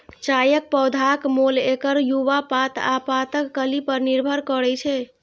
चायक पौधाक मोल एकर युवा पात आ पातक कली पर निर्भर करै छै